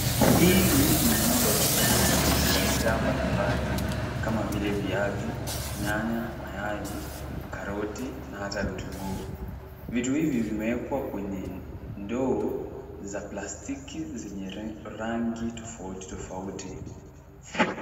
Hili ni eneo la uchukuzi wa bidhaa mbalimbali kama vile viazi, nyanya, mayai, karoti na hata vitunguu. Vitu hivi vimewekwa kwenye ndoo za plastiki zenye rangi tofauti tofauti.